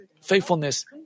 faithfulness